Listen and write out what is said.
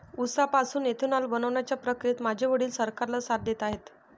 उसापासून इथेनॉल बनवण्याच्या प्रक्रियेत माझे वडील सरकारला साथ देत आहेत